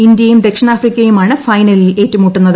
ഇന്ത്യയും ദക്ഷാണാഫ്രിക്കയുമാണ് ഫൈനലിൽ ഏറ്റുമുട്ടുന്നത്